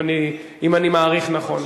אם אני מעריך נכון.